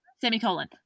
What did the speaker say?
semicolon